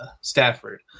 Stafford